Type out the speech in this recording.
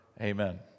Amen